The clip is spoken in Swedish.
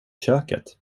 köket